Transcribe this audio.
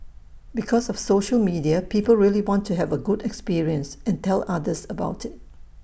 because of social media people really want to have A good experience and tell others about IT